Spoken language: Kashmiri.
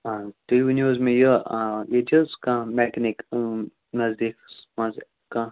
آ تُہۍ ؤنو حظ مےٚ یہِ ییٚتہِ چھِ حظ کانٛہہ میکنِک ٲں نزدیٖکَس منٛز کانٛہہ